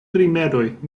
rimedoj